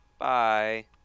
Bye